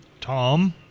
Tom